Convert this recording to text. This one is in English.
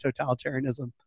totalitarianism